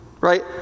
right